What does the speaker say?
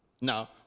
Now